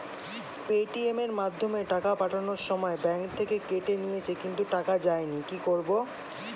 Paytm এর মাধ্যমে টাকা পাঠানোর সময় ব্যাংক থেকে কেটে নিয়েছে কিন্তু টাকা যায়নি কি করব?